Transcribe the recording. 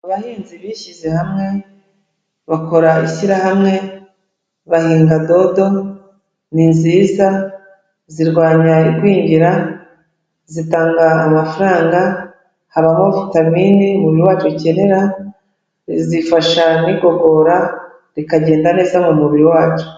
Abahinzi bishyize hamwe bakora ishyirahamwe bahinga dodo, ni nziza, zirwanya igwingira, zitanga amafaranga, habamo vitamini umubiri wacu ukenera, zifasha n'igogora rikagenda neza mu mubiri wacu.